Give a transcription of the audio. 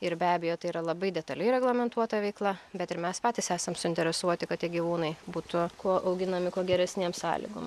ir be abejo tai yra labai detaliai reglamentuota veikla bet ir mes patys esam suinteresuoti kad tie gyvūnai būtų kuo auginami kuo geresnėm sąlygom